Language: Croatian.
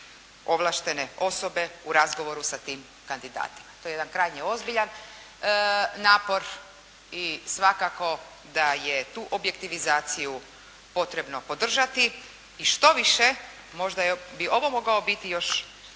ovlaštene osobe u razgovoru sa tim kandidatima. To je jedan krajnje ozbiljan napor i svakako da je tu objektivizaciju potrebno podržati i štoviše možda bi ovo mogao biti još